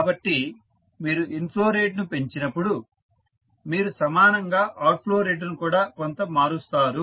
కాబట్టి మీరు ఇన్ఫ్లో రేటును పెంచినప్పుడు మీరు సమానంగా అవుట్ఫ్లో రేటును కూడా కొంత మారుస్తారు